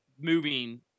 moving –